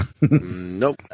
Nope